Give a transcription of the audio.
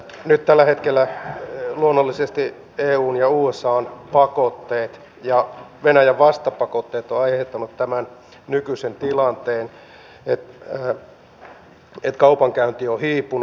nyt tällä hetkellä luonnollisesti eun ja usan pakotteet ja venäjän vastapakotteet ovat aiheuttaneet tämän nykyisen tilanteen että kaupankäynti on hiipunut